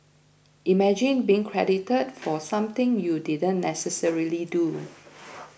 imagine being credited for something you didn't necessarily do